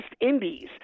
Indies